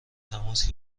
تماس